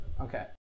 Okay